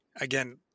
again